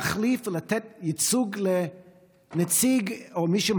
להחליף ולתת ייצוג לנציג או למישהו עם